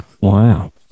Wow